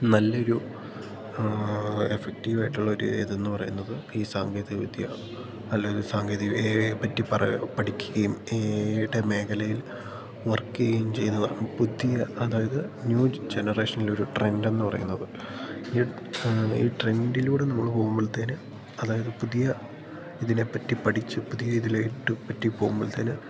നല്ലൊരു എഫക്റ്റീവ് ആയിട്ടുള്ള ഒരു ഇതെന്ന് പറയുന്നത് ഈ സാങ്കേതികവിദ്യ അല്ലെങ്കിൽ സാങ്കേതിക ഏ ഐയേപ്പറ്റി പഠിക്കുകയും ഏ അയ്ടെ മേഘലയിൽ വർക്ക് ചെയ്യുകയും ചെയ്യുന്നവർ പുതിയ അതായത് ന്യൂ ജനറേഷൻൽ ഒരു ട്രെൻറ്റ് എന്ന് പറയുന്നത് ഈ ഈ ട്രെൻറ്റിലൂടെ നമ്മൾ പോകുമ്പൾത്തേന് അതായത് പുതിയ ഇതിനേപ്പറ്റി പഠിച്ച് പുതിയ ഇതിലേട്ട് പറ്റി പോമ്പൾത്തേന്